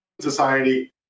society